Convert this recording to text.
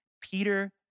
Peter